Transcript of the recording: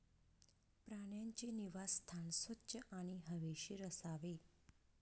प्राण्यांचे निवासस्थान स्वच्छ आणि हवेशीर असावे